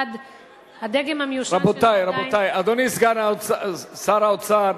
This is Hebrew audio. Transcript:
הדגם המיושן, רבותי, אדוני סגן שר האוצר,